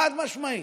חד-משמעית.